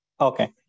Okay